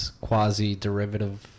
quasi-derivative